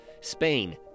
Spain